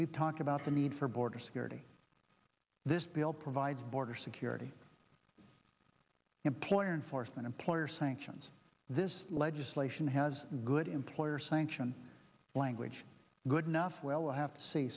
we've talked about the need for border security this bill provides border security employer enforcement employer sanctions this legislation has good employer sanction language good enough well we'll have to see